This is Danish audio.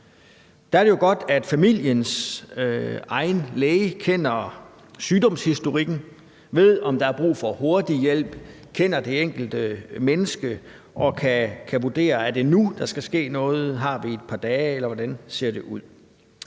Der er det jo godt, at familiens egen læge kender sygdomshistorikken, ved, om der er brug for hurtig hjælp, kender det enkelte menneske og kan vurdere, om det er nu, der skal ske noget, eller om vi har et par dage, eller hvordan det ser ud.